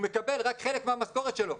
הוא מקבל רק חלק מהמשכורת שלו,